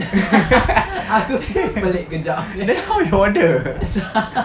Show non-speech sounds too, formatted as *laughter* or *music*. *laughs* then how you order *laughs*